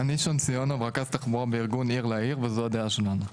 אני שון סיאונוב רכז תחבורה בארגון עיר לעיר וזו הדעה שלנו,